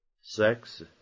sex